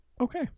Okay